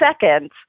seconds